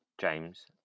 James